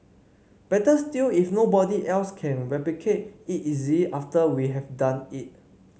better still if nobody else can replicate it easily after we have done it